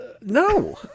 No